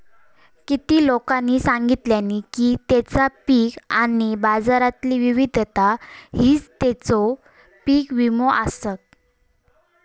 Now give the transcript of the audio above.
किती लोकांनी सांगल्यानी की तेंचा पीक आणि बाजारातली विविधता हीच तेंचो पीक विमो आसत